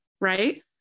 Right